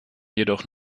jedoch